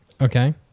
Okay